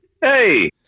Hey